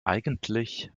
eigentlich